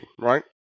right